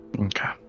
Okay